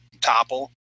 topple